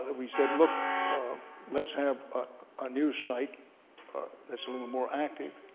ah we said, look let's have ah a news site that's a little more active.